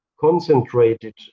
concentrated